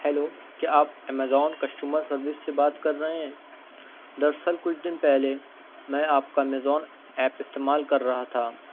hello کیا آپ Amazon customer service سے بات کر رہے ہیں دراصل کچھ دن پہلے میں آپ کا امیزون ایپ استعمال کر رہا تھا